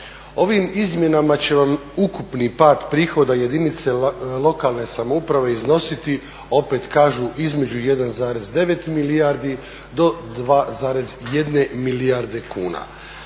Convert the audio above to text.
Ovim izmjenama će vam ukupni pad prihoda jedinice lokalne samouprave iznositi opet kažu između 1,9 milijardi do 2,1 milijarde kuna.